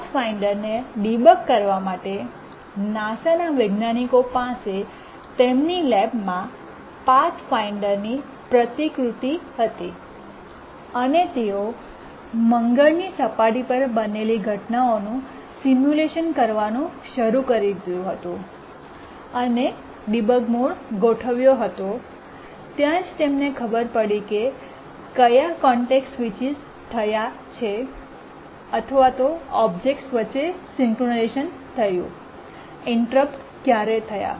પાથફાઇન્ડરને debug કરવા માટે નાસાના વૈજ્ઞાનિકો પાસે તેમની લેબમાં પાથફાઇન્ડરની પ્રતિકૃતિ હતી અને તેઓ મંગળની સપાટી પર બનેલી ઘટનાઓનું સિમ્યુલેશન કરવાનું શરૂ કરી દીધું હતું અને ડિબગ મોડ ગોઠવ્યો હતો ત્યાં જ તેમને ખબર પડી કે ક્યાં કોન્ટેક્સટ સ્વિચેસ થાય છે અથવા ઓબ્જેક્ટસ વચ્ચે સિંક્રનાઇઝેશન થયું ઇન્ટરપ્ટ ક્યારે થયા